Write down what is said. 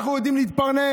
אנחנו יודעים להתפרנס,